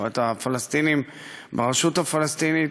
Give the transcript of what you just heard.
או את הפלסטינים ברשות הפלסטינית,